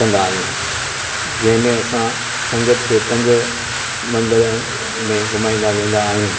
कंदा आहियूं जंहिंमें असां संगत खे पंज मंदर में घुमाईंदा वेंदा आहियूं